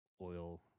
oil